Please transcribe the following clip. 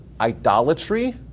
idolatry